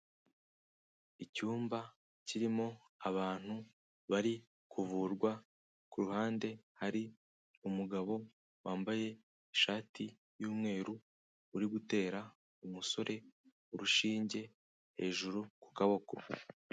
Icyumba kirimo abantu bari kuvurwa, ku ruhande hari umugabo wambaye ishati y'umweru, uri gutera umusore urushinge hejuru ku kaboko.